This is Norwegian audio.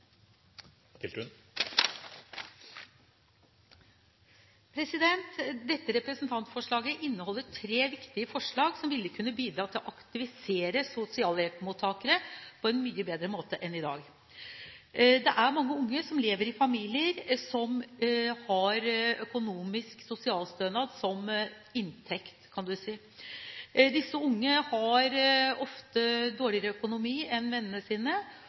vurderingen. Dette representantforslaget inneholder tre viktige forslag som vil kunne bidra til å aktivisere sosialhjelpsmottakere på en mye bedre måte enn i dag. Det er mange unge som lever i familier som har økonomisk sosialstønad som inntekt, kan du si. Disse unge har ofte dårligere økonomi enn vennene sine,